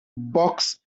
box